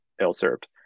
ill-served